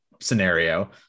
scenario